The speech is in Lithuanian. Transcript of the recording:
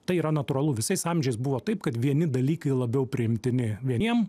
tai yra natūralu visais amžiais buvo taip kad vieni dalykai labiau priimtini vieniem